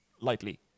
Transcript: lightly